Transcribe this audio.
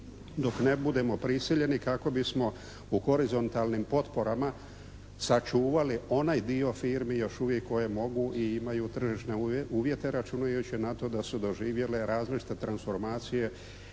dok ne budemo prisiljeni kako bismo u horizontalnim potporama sačuvali onaj dio firmi još uvijek koje mogu i imaju tržišne uvjete računajući na to da su doživjele različite transformacije,